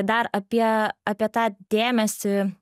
dar apie apie tą dėmesį